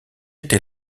été